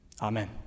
Amen